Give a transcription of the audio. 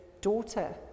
daughter